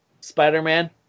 Spider-Man